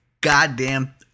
goddamn